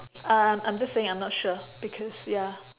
um I'm just saying I'm not sure because ya